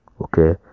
Okay